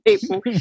people